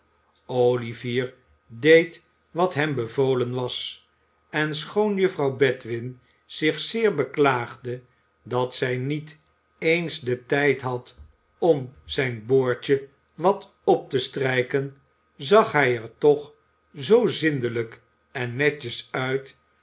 olivier deed wat hem bevolen was en schoon juffrouw bedwin zich zeer beklaagde dat zij niet eens den tijd had om zijn boordje wat op te strijken zag hij er toch zoo zindelijk en netjes uit